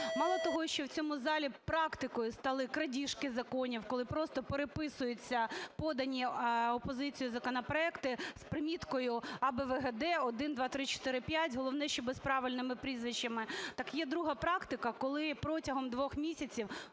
Мало того, що в цьому залі практикою стали крадіжки законів, коли просто переписуються подані опозицією законопроекти з приміткою а, б, в, г, д, 1, 2, 3, 4, 5, головне, щоб з правильними прізвищами. Так є друга практика, коли протягом двох місяців